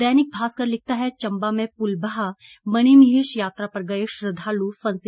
दैनिक भास्कर लिखता है चंबा में पुल बहा मणिमहेश यात्रा पर गए श्रद्धालु फंसे